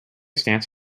stance